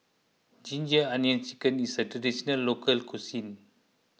Ginger Onions Chicken is a Traditional Local Cuisine